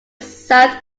south